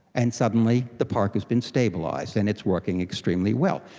and suddenly the park has been stabilised and it's working extremely well.